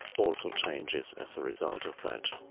also changes as a result of that.